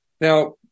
Now